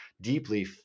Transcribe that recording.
deeply